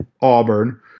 Auburn